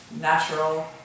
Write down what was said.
natural